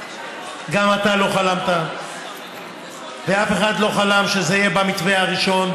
גם אתה לא חלמת ואף אחד לא חלם שזה יהיה במתווה הראשון,